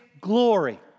glory